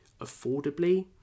affordably